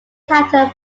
title